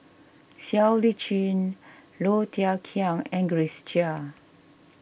Siow Lee Chin Low Thia Khiang and Grace Chia